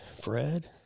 Fred